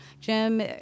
Jim